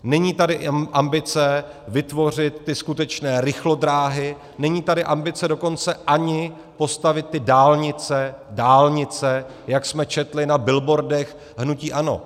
Není tady ambice vytvořit skutečné rychlodráhy, není tady ambice dokonce ani postavit dálnice, jak jsme četli na billboardech hnutí ANO.